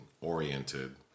oriented